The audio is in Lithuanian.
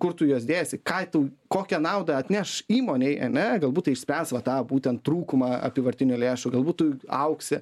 kur tu juos dėsi ką tu kokią naudą atneš įmonei ane galbūt išspręs va tą būtent trūkumą apyvartinių lėšų galbūt tu augsi